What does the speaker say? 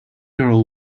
girl